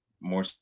More